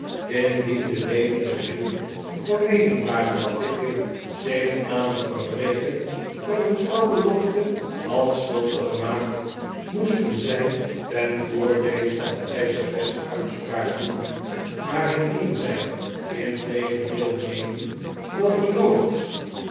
de leden der jury van meening waren dat pickwick zich aan het verbreken van een trouwbelofte had schuldig gemaakt moesten zij ten voordeele van de eischeres uitspraak doen maar indien zij integendeel meenden dat er nooit